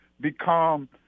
become –